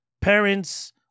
parents